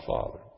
father